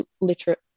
literate